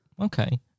okay